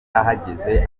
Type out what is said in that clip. ahageze